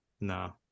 no